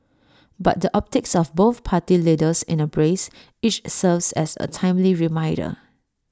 but the optics of both party leaders in A brace each serves as A timely reminder